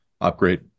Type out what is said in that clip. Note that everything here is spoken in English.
upgrade